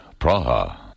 Praha